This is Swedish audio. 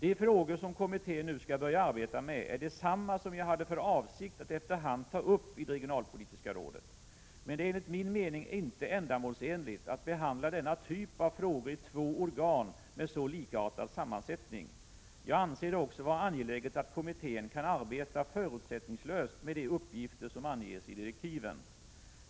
De frågor som kommittén nu skall börja arbeta med är desamma som jag hade för avsikt att efter hand ta upp i det regionalpolitiska rådet. Men det är enligt min mening inte ändamålsenligt att behandla denna typ av frågor i två organ med så likartad sammansättning. Jag anser det också vara angeläget att kommittén kan arbeta förutsättningslöst med de uppgifter som anges i direktiven.